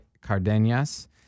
Cardenas